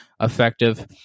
effective